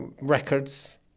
records